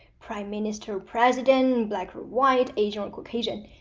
prime minister, president, black or white, asian or caucasian.